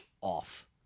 off